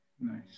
Nice